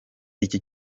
iki